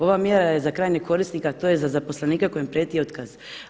Ova mjera je za krajnjeg korisnika, a to je za zaposlenika kojem prijeti otkaz.